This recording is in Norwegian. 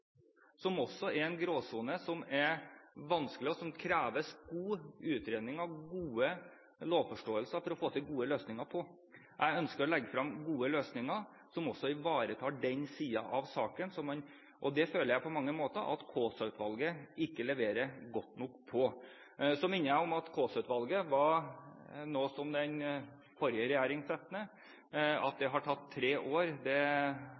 vanskelig, og som krever gode utredninger og god lovforståelse for å få til gode løsninger på. Jeg ønsker å legge frem gode løsninger, som også ivaretar den siden av saken, men på det området føler jeg på mange måter at Kaasa-utvalget ikke leverer godt nok. Så minner jeg om at det var den forrige regjeringen som satte ned Kaasa-utvalget. Til det at det har tatt tre år: Denne regjeringen har sittet i fire måneder – det